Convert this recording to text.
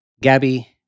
Gabby